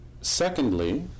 secondly